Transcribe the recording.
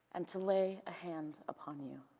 and to lay a hand upon you.